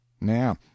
now